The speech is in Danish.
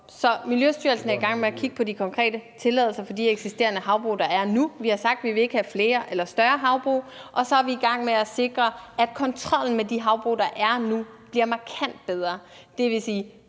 op. Miljøstyrelsen er i gang med at kigge på de konkrete tilladelser for de eksisterende havbrug, der er nu. Vi har sagt, at vi ikke vil have flere eller større havbrug, og så er vi i gang med at sikre, at kontrollen med de havbrug, der er nu, bliver markant bedre,